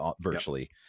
virtually